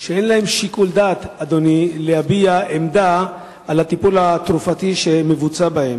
שאין להם שיקול דעת להביע עמדה על הטיפול התרופתי שמבוצע בהם.